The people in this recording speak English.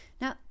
Now